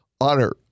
Honor